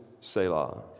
Selah